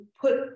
put